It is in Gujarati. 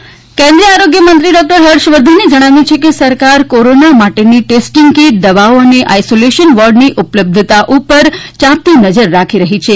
હર્ષવર્ધન દિલ્હી કેન્દ્રીય આરોગ્ય મંત્રી ડોક્ટર હર્ષ વર્ધને જણાવ્યુ છે કે સરકાર કોરોના માટેની ટેસ્ટિંગ કીટ દવાઓ અને આઇશોલેશન વોર્ડની ઉપલબ્ધતા ઉપર યાંપતી નજર રાખી રહી છે